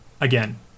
again